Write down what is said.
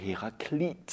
Heraclitus